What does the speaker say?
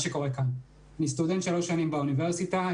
אני סטודנט שלוש שנים באוניברסיטה,